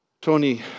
Tony